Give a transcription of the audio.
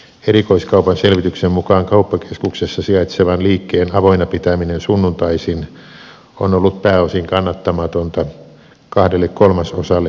erikoiskaupan selvityksen mukaan kauppakeskuksessa sijaitsevan liikkeen avoinna pitäminen sunnuntaisin on ollut pääosin kannattamatonta kahdelle kolmasosalle liikkeistä